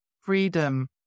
freedom